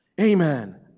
Amen